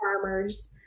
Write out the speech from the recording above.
farmers